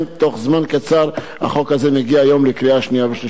בתוך זמן קצר החוק הזה מגיע היום לקריאה שנייה ושלישית.